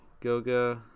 Goga